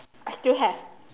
I still have